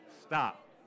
Stop